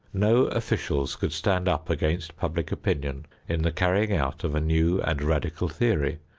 no officials could stand up against public opinion in the carrying out of a new and radical theory,